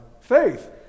faith